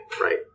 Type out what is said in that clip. right